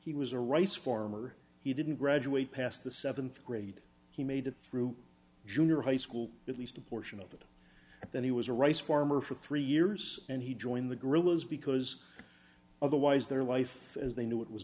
he was a rice farmer he didn't graduate past the seventh grade he made it through junior high school at least a portion of it and then he was a rice farmer for three years and he joined the guerrillas because otherwise their life as they knew it was